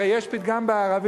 הרי יש פתגם בערבית: